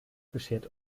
beschert